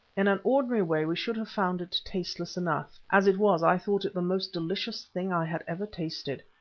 in an ordinary way we should have found it tasteless enough as it was i thought it the most delicious thing i had ever tasted.